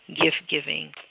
gift-giving